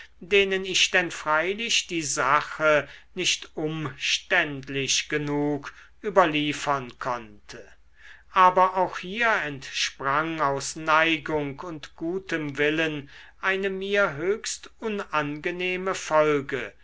denen ich denn freilich die sache nicht umständlich genug überliefern konnte aber auch hier entsprang aus neigung und gutem willen eine mir höchst unangenehme folge